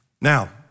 Now